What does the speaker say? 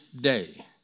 day